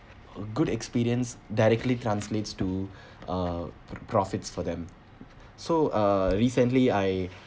a good experience directly translates to uh the profits for them so uh recently I